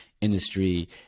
industry